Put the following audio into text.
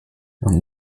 und